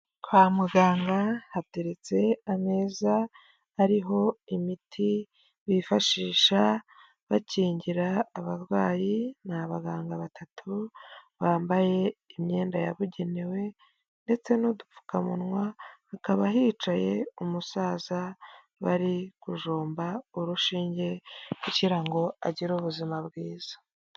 Kwa muganga hateretse ameza ariho imiti bifashisha bakingira abarwayi ni abaganga batatu bambaye imyenda yabugenewe ndetse n'udupfukamunwa hakaba hicaye umusaza bari kujomba urushinge kugira ngo agire ubuzima bwiza.